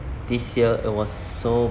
this year it was so